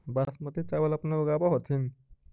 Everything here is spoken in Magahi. बासमती चाबल अपने ऊगाब होथिं?